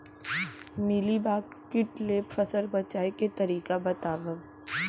Mealybug किट ले फसल बचाए के तरीका बतावव?